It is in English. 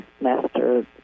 master